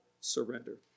surrender